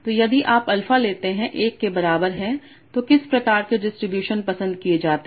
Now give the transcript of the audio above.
तो यदि आप अल्फा लेते हैं 1 के बराबर है तो किस प्रकार के डिस्ट्रीब्यूशन पसंद किए जाते हैं